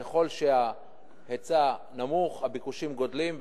ככל שההיצע נמוך הביקושים גדלים,